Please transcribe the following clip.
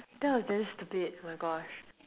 that was damn stupid oh my gosh